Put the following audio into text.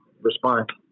respond